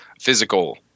physical